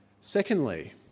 secondly